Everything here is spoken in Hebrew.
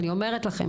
ואני אומרת לכם,